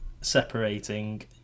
separating